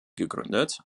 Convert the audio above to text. gegründet